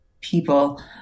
people